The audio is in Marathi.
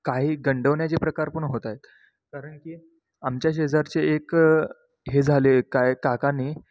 काही गंडविण्याचे प्रकार पण होत आहेत कारण की आमच्या शेजारचे एक हे झाले काय काकाने